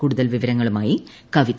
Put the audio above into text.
കൂടുതൽ വിവരങ്ങളുമായി കവിത